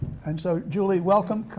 and so julie, welcome,